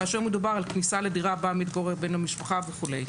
כאשר מדובר על כניסה לדירה בה מתגורר בן המשפחה וכולי.